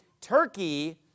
Turkey